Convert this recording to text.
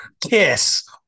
Kiss